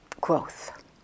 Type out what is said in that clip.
growth